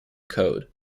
code